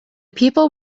people